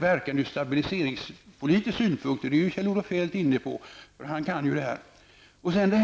verkan ur stabiliseringspolitisk synpunkt -- detta är ju Kjell Olof Feldt inne på, och han kan ju det här.